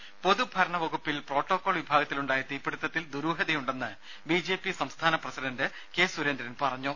ദരദ പൊതുഭരണ വകുപ്പിൽ പ്രോട്ടോകോൾ വിഭാഗത്തിൽ ഉണ്ടായ തീപിടിത്തത്തിൽ ദുരൂഹതയുണ്ടെന്ന് ബി ജെ പി സംസ്ഥാന അധ്യക്ഷൻ കെ സുരേന്ദ്രൻ പറഞ്ഞു